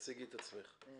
אני